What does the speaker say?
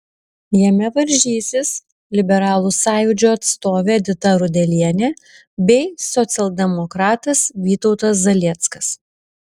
jame varžysis liberalų sąjūdžio atstovė edita rudelienė bei socialdemokratas vytautas zalieckas